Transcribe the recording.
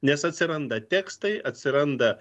nes atsiranda tekstai atsiranda